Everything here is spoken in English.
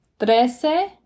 trece